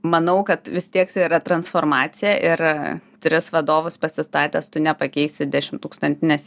manau kad vis tiek tai yra transformacija ir tris vadovus pasistatęs tu nepakeisi dešimtūkstantinės